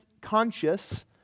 conscious